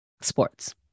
sports